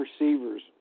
receivers